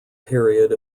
period